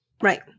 Right